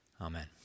Amen